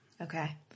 Okay